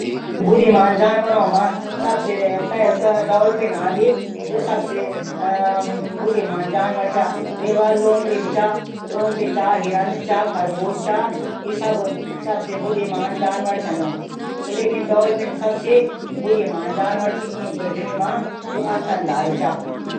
बुद्धिमान जानवर मा सबसे पैली डाल्फिन आंदी वे कू बाद लोमडी चा। हिरन चा खरगोश चा लेकिन सबसे बुद्धिमान जानवर डाल्फिन घा जू स्तनधारी चा।